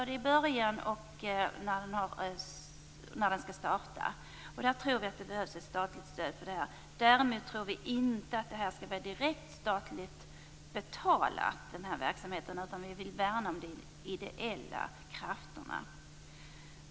Det behövs ett statligt stöd för det. Däremot tror vi inte att verksamheten skall betalas med statliga medel. Vi vill värna om de ideella krafterna.